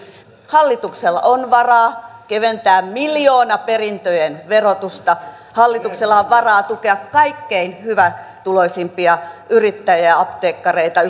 hallituksella on varaa keventää miljoonaperintöjen verotusta hallituksella on varaa tukea kaikkein hyvätuloisimpia yrittäjiä apteekkareita